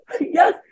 Yes